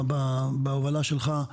בהובלה שלך,